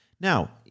Now